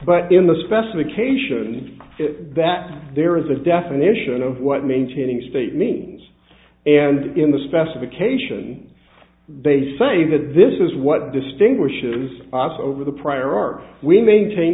but in the specifications that there is a definition of what maintaining state means and in the specification they say that this is what distinguishes us over the prior art we maintain